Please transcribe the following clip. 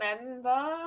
remember